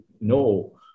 No